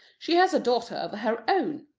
she has daughters of her own.